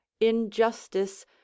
injustice